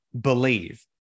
believe